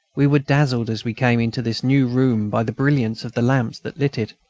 we were dazzled as we came into this new room by the brilliance of the lamps that lit it.